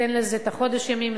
תן לזה את חודש הימים,